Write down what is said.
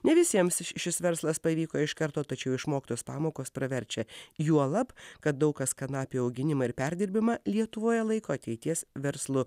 ne visiems šis verslas pavyko iš karto tačiau išmoktos pamokos praverčia juolab kad daug kas kanapių auginimą ir perdirbimą lietuvoje laiko ateities verslu